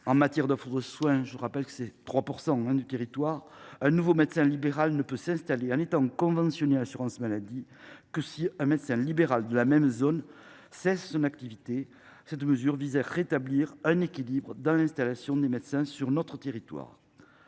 un excédent d’offre de soins, soit 3 % du territoire, un nouveau médecin libéral ne puisse s’installer en étant conventionné à l’assurance maladie que si un médecin libéral de la même zone cesse son activité. Cette mesure vise à rétablir un équilibre dans l’installation des médecins sur notre territoire.